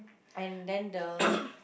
and then the